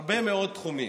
הרבה מאוד תחומים.